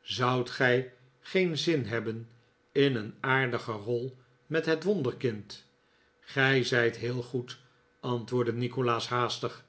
zoudt gij geien zin hebben in een aardige rol met het wonderkind gij zijt heel goed antwoordde nikolaas haastig